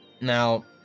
now